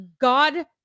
God